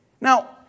Now